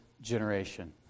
generation